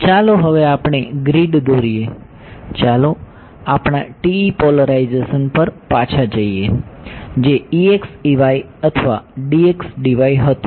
તો ચાલો હવે આપણે ગ્રીડ દોરીએ ચાલો આપણા TE પોલેરાઇઝેશન પર પાછા જઈએ જે અથવા હતું